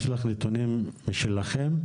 יש לך נתונים משלכם?